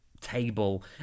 table